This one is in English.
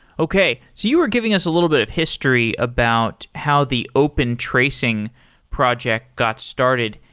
okay. so you were giving us a little bit of history about how the open tracing project got started.